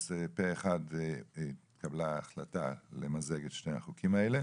פה אחד התקבלה ההחלטה למזג את שני החוקים האלה.